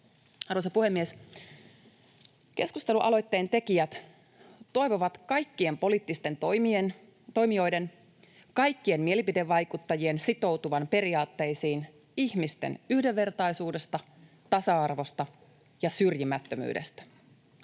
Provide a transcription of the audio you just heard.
Arvoisa puhemies! Keskustelualoitteen tekijät toivovat kaikkien poliittisten toimijoiden, kaikkien mielipidevaikuttajien sitoutuvan periaatteisiin ihmisten yhdenvertaisuudesta, tasa-arvosta ja syrjimättömyydestä.